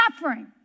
suffering